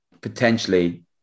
potentially